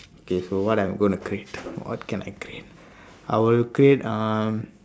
okay so what i'm going to create what can I create I will create uh